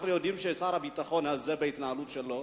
אנחנו יודעים ששר הביטחון הזה, בהתנהלות שלו,